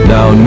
Now